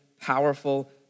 powerful